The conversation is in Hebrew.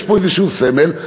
יש פה איזשהו סמל,